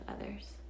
others